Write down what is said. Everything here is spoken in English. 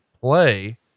play